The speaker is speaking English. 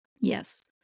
Yes